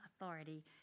authority